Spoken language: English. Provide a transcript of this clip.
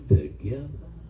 together